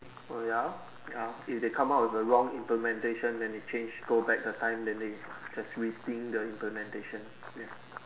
oh ya ya if they come out with a wrong implementation then they change go back the time then they just waiting the implementation